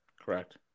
Correct